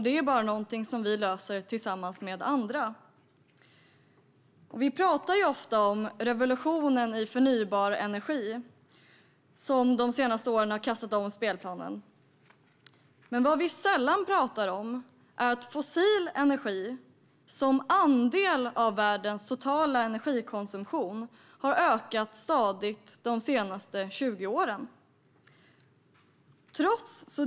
Det här är bara någonting som vi löser tillsammans med andra. Vi talar ofta om den revolution inom förnybar energi som de senaste åren har kastat om spelplanen. Men vad vi sällan talar om är att fossil energi som andel av världens totala energikonsumtion stadigt har ökat de senaste 20 åren.